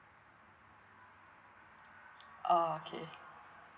ah okay